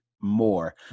more